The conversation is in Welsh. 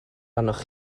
arnoch